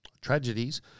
tragedies